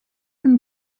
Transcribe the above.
them